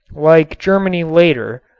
like germany later,